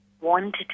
wanted